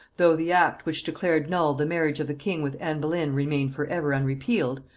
though the act which declared null the marriage of the king with anne boleyn remained for ever unrepealed,